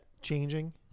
changing